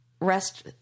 rest